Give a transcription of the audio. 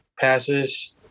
passes